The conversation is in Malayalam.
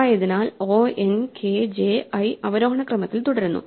ആയതിനാൽ o n k j i അവരോഹണ ക്രമത്തിൽ തുടരുന്നു